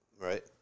Right